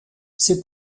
ces